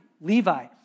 Levi